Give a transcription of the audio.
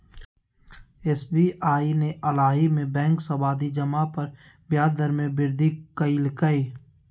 SBI ने हालही में बैंक सावधि जमा पर ब्याज दर में वृद्धि कइल्कय